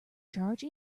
charge